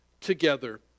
together